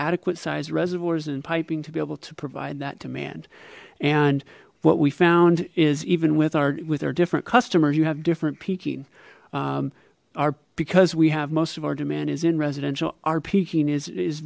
adequate size reservoirs and piping to be able to provide that demand and what we found is even with our with our different customers you have different peaking our because we have most of our demand is in residential our peaking is